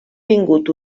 vingut